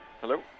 Hello